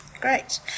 Great